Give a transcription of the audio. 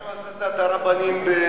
מה עם הסתת הרבנים בצפת?